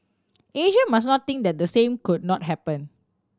Asia must not think that the same could not happen